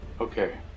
Okay